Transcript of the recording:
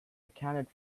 accounted